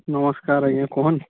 ନମସ୍କାର ଆଜ୍ଞା କହୁନ୍